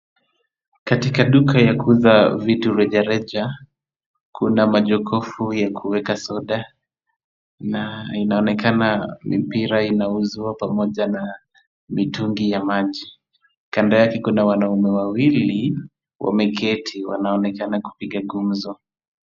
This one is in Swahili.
Katika duka la kuuza vitu reja reja, kuna majokofu ya kuweka soda na inaonekana mipira inauzwa pamoja na mitungi ya maji. Kando yake kuna wanaume wawili wameketi wanaonekana kupiga gumzo.